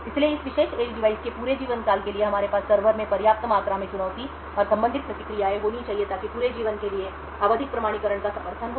इसलिए इस विशेष एज डिवाइस के पूरे जीवनकाल के लिए हमारे पास सर्वर में पर्याप्त मात्रा में चुनौती और संबंधित प्रतिक्रियाएं होनी चाहिए ताकि पूरे जीवन के लिए आवधिक प्रमाणीकरण का समर्थन हो